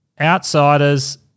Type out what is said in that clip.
outsiders